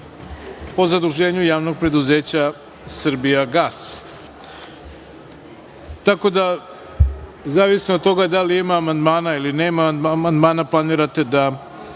po zaduženju Javnog preduzeća „Srbijagas“.Tako da zavisno od toga da li ima amandmana ili nema amandmana planirate da